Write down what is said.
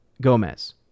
Gomez